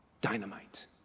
dynamite